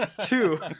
Two